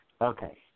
Okay